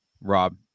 Rob